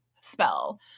spell